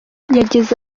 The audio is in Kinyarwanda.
yagize